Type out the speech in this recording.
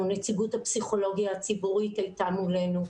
נציגות הפסיכולוגיה הציבורית הייתה מולנו.